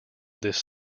this